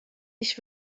ich